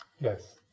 Yes